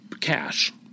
cash